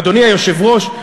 אדוני היושב-ראש,